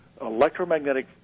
electromagnetic